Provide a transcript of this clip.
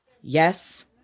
Yes